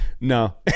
no